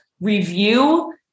review